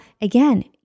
again